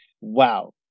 Wow